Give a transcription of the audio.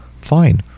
Fine